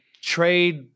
trade